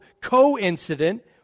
coincident